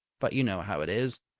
but you know how it is.